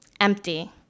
Empty